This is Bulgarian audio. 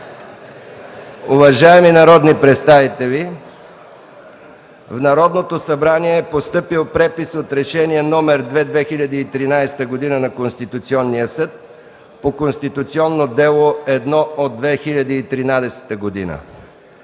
Уважаеми народни представители, в Народното събрание е постъпил препис от Решение № 2/2013 г. на Конституционния съд по Конституционно дело № 1 от 2013 г.